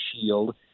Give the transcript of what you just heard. shield